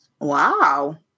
Wow